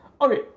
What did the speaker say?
okay